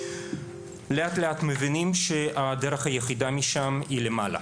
לאט לאט מבינים שהדרך היחידה משם היא למעלה,